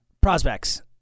Prospects